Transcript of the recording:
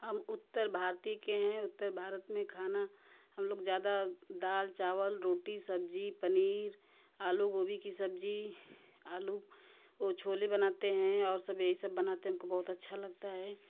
हम उत्तर भारती के हैं उत्तर भारत में खाना हम लोग ज़्यादा दाल चावल रोटी सब्ज़ी पनीर आलू गोभी की सब्ज़ी आलू ओ छोले बनाते हैं और सब एही सब बनाते हैं हमको बहुत अच्छा लगता है